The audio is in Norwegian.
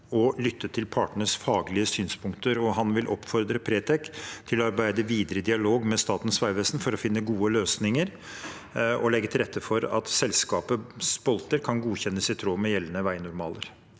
og lyttet til partenes faglige synspunkter. Han vil oppfordre Pretec til å arbeide videre i dialog med Statens vegvesen for å finne gode løsninger og legge til rette for at selskapets bolter kan godkjennes i tråd med gjeldende veinormaler.